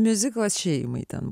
miuziklas šeimai ten